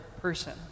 person